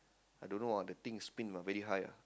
I don't know ah the thing spin but very high ah